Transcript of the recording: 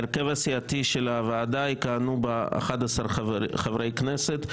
בוועדה יכהנו 11 חברי כנסת.